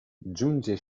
giunge